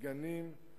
דגנים,